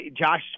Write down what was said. Josh